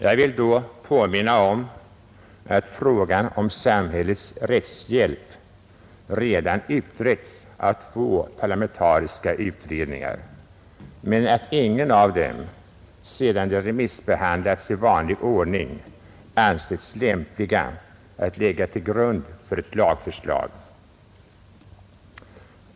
Jag vill då nämna att frågan om samhällets rättshjälp redan utretts av två parlamentariska utredningar men att inget av förslagen sedan de i vanlig ordning remissbehandlats ansetts lämpligt att ligga till grund för ett lagförslag.